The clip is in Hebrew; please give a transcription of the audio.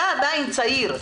אתה עדיין צעיר,